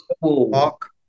walk